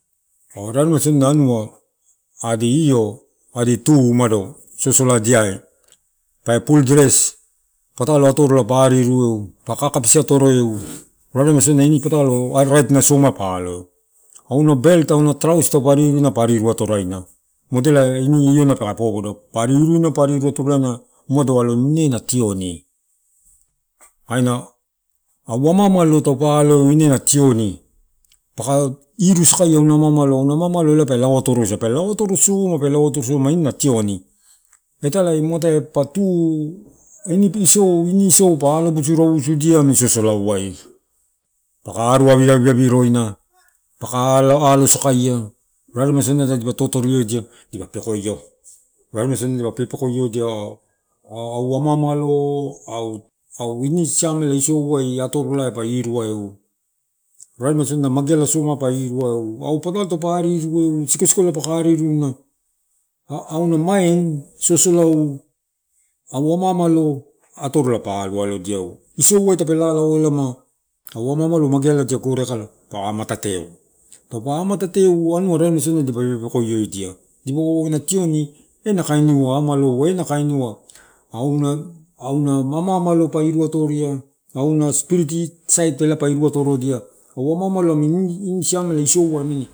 anua adi io, adi tuu umado sosoladia pae pul dres, patalo atorola pa arireu, pa kakapisi atoro eu, rarema sodinai ini patalo wagae raitina pa alou, anna belt auna transisi taupa ariruina pa ariruatina modela lona peka popo do, pa ariruina pa ariru atoraina, pa ariru atoraina umado aloni ine nation. Kaina au amamato taupa aloeu ine na tioni, paka irusakaia, ana amaamalo elae pe lao atorosaila, pe lao atorosoma, pe lao atorosoma ine nationi, italae muatae pa tuu, ini islou ini isio pa alobusu rausudia amini sosolanai paka arua ari awi awiroina, paka alo sakaia, rapemasodina tadipa totorioedia dipa pekoio, rare masodina pepekoioedia, au ama amalo ini siamela isiouai atoroiai pa iruaeu, rarema sodinai megealai pa iruaeu au patalo taupa ariru eu siko sikola paka ariru auna main sosolau au ama amlo atorola pa aru alodia eu. Isiouai tape lalaoeiama au ama ama lo mageala diala gorea kalpa amatatedia eu, taupa amataeu arua rarema sodina dipa pepekoio adia dipana oo nationi ena kaini ua amaloua, anna ama ama ama lo pa irua toria auna spiriti saiti ela pa iruatorodia au ama ama lo amini ini siamela isionai amini.